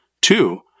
Two